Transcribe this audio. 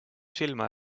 silma